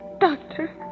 Doctor